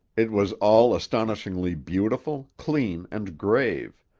it was all astonishingly beautiful, clean and grave,